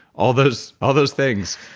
all those all those things,